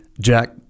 Jack